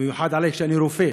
במיוחד עלי, שאני רופא.